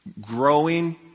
growing